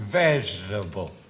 vegetable